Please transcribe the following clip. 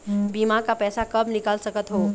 बीमा का पैसा कब निकाल सकत हो?